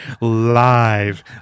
live